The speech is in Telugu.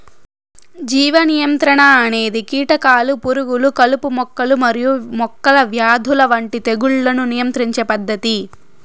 జీవ నియంత్రణ అనేది కీటకాలు, పురుగులు, కలుపు మొక్కలు మరియు మొక్కల వ్యాధుల వంటి తెగుళ్లను నియంత్రించే పద్ధతి